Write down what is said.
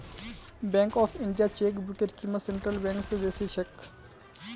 bank of इंडियात चेकबुकेर क़ीमत सेंट्रल बैंक स बेसी छेक